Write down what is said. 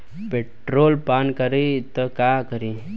Petrol पान करी त का करी?